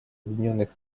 объединенных